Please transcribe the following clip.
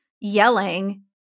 yelling